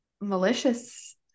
malicious